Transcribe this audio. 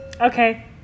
Okay